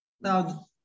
Now